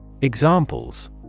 Examples